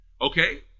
Okay